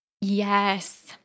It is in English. Yes